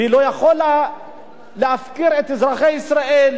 והיא לא יכולה להפקיר את אזרחי ישראל,